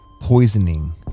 poisoning